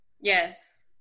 Yes